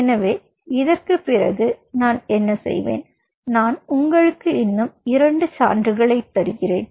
எனவே இதற்குப் பிறகு நான் என்ன செய்வேன் நான் உங்களுக்கு இன்னும் 2 சான்றுகளைத் தருகிறேன்